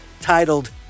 titled